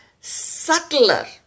subtler